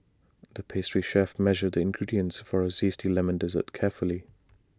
the pastry chef measured the ingredients for A Zesty Lemon Dessert carefully